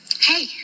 Hey